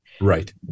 Right